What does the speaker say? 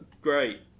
great